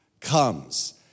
comes